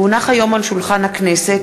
כי הונחו היום על שולחן הכנסת,